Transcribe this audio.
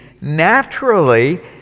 naturally